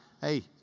hey